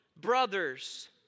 brothers